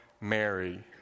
Mary